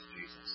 Jesus